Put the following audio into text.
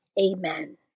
Amen